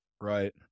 Right